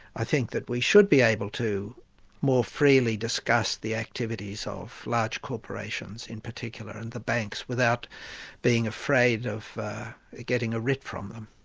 i think that we should be able to more freely discuss the activities of large corporations in particular, and the banks, without being afraid of getting a writ from them.